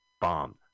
Bomb